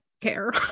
care